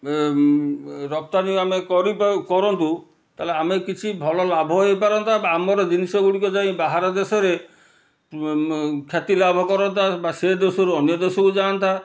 ଏ ରପ୍ତାନୀ ଆମେ କରିପା କରନ୍ତୁ ତାହେଲେ ଆମେ କିଛି ଭଲ ଲାଭ ହୋଇପାରନ୍ତା ବା ଆମର ଜିନିଷ ଗୁଡ଼ିକ ଯାଇ ବାହାର ଦେଶରେ ଖ୍ୟାତି ଲାଭ କରନ୍ତା ବା ସେ ଦେଶରୁ ଅନ୍ୟ ଦେଶକୁ ଯାଆନ୍ତା